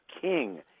King